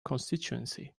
constituency